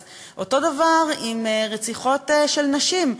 אז אותו דבר עם רציחות של נשים,